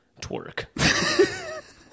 twerk